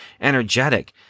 energetic